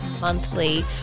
monthly